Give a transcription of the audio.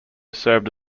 served